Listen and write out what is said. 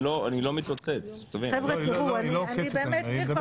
אני גם.